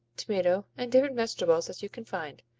tomato, and different vegetables as you can find,